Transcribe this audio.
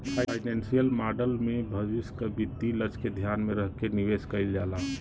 financial model में भविष्य क वित्तीय लक्ष्य के ध्यान में रखके निवेश कइल जाला